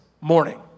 morning